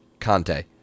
Conte